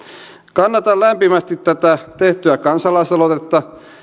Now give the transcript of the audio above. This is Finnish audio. kannatan lämpimästi tätä tehtyä kansalaisaloitetta